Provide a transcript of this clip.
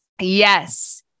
Yes